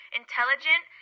intelligent